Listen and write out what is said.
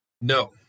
No